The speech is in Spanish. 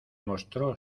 mostró